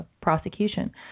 prosecution